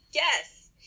Yes